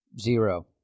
Zero